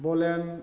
बलेन